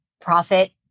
profit